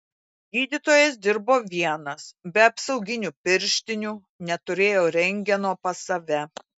gydytojas dirbo vienas be apsauginių pirštinių neturėjo rentgeno pas save